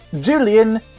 Julian